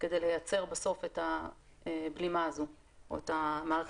כדי לייצר בסוף את הבלימה הזו או את המערכת האוטונומית.